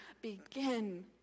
begin